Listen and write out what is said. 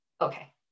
Okay